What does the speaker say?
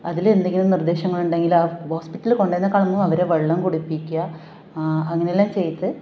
അതിലെന്തെങ്കിലും നിർദ്ദേശങ്ങളുണ്ടെങ്കിൽ ആ ഹോസ്പിറ്റലിൽ കൊണ്ട് പോകുന്നതിനേക്കാളും അവരെ വെള്ളം കുടിപ്പിക്കുക അങ്ങനെയെല്ലാം ചെയ്ത്